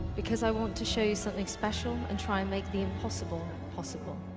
because i want to show you something special and try and make the impossible possible